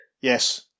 Yes